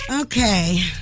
okay